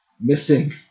missing